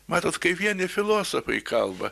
matot kai vieni filosofai kalba